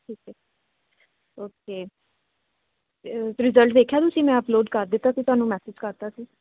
ਠੀਕ ਹੈ okay result ਦੇਖਿਆ ਤੁਸੀਂ ਮੈਂ ਅਪਲੋਡ ਕਰ ਦਿੱਤਾ ਅਤੇ ਤੁਹਾਨੂੰ ਮੈਸੇਜ ਕਰਤਾ ਸੀ